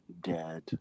dead